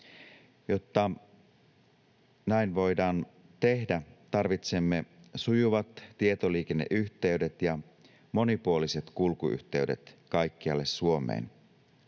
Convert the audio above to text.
Jotta näin voidaan tehdä, tarvitsemme sujuvat tietoliikenneyhteydet ja monipuoliset kulkuyhteydet kaikkialle Suomeen.